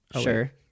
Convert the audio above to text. Sure